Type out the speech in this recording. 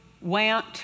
went